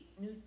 New